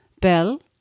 Bell